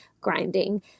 grinding